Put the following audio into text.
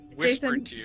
Jason